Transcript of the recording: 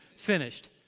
finished